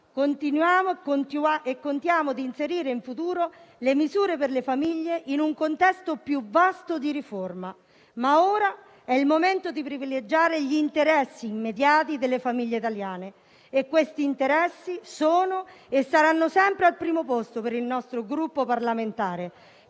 senso. Contiamo di inserire in futuro le misure per le famiglie in un contesto più vasto di riforma, ma ora è il momento di privilegiare gli interessi immediati delle famiglie italiane. Questi interessi sono e saranno sempre al primo posto per il nostro Gruppo parlamentare,